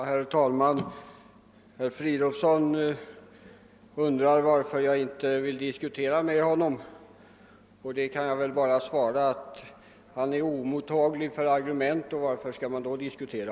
Herr talman! Herr Fridolfsson i Stockholm undrar varför jag inte vill diskutera med honom. På denna fråga kan jag bara svara, att han är oemottaglig för argument. Varför skall man då diskutera?